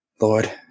Lord